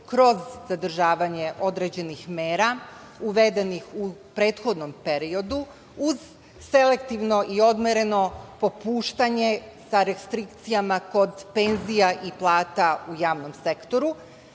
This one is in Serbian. kroz zadržavanje određenih mera uvedenih u prethodnom periodu, uz selektivno i odmereno popuštanje sa restrikcijama kod penzija i plata u javnom sektoru.